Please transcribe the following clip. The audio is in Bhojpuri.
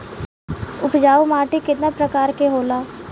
उपजाऊ माटी केतना प्रकार के होला?